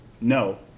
no